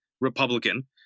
Republican